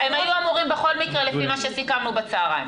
הם היו בכל מקרה, לפי מה שסיכמנו בצוהריים.